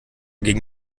gegen